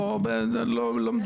לא, לא.